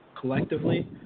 collectively